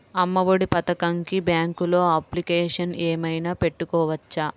అమ్మ ఒడి పథకంకి బ్యాంకులో అప్లికేషన్ ఏమైనా పెట్టుకోవచ్చా?